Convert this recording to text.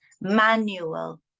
manual